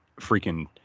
freaking